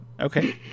Okay